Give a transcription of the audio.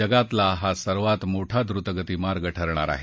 जगातला हा सर्वात मोठा द्वतगती मार्ग ठरणार आहे